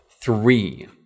three